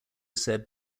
said